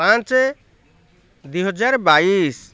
ପାଞ୍ଚେ ଦୁଇ ହଜାର ବାଇଶ